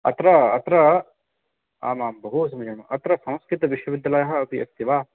अत्र अत्र आमां बहु समीचीनम् अत्र संस्कृतविश्वविद्यालयः अपि अस्ति वा